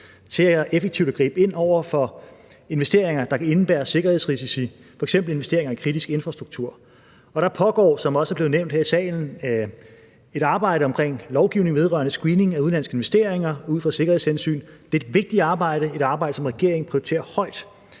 at gribe ind over for investeringer, der kan indebære sikkerhedsrisici, f.eks. investeringer i kritisk infrastruktur. Der pågår, som det også er blevet nævnt her i salen, et arbejde omkring lovgivning vedrørende screening af udenlandske investeringer ud fra et sikkerhedshensyn. Det er et vigtigt arbejde og et arbejde, som regeringen prioriterer højt.